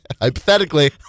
Hypothetically